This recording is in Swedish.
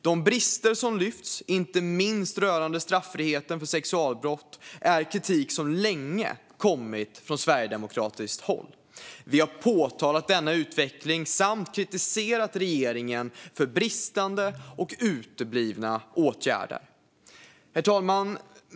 De brister som lyfts fram, inte minst rörande straffriheten för sexualbrott, har länge varit föremål för kritik från sverigedemokratiskt håll. Vi har påtalat denna utveckling samt kritiserat regeringen för bristande och uteblivna åtgärder. Herr talman!